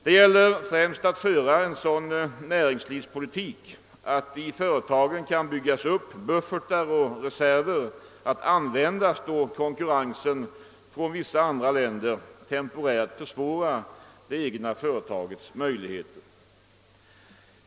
Det gäller främst att föra en sådan näringspolitik, att det i företagen kan byggas upp buffertar och reserver att användas då konkurrensen från vissa andra länder temporärt försvårar det egna företagets möjligheter.